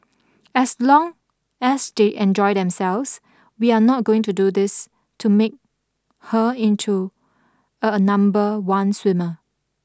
as long as they enjoy themselves we are not going to do this to make her into a number one swimmer